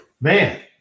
Man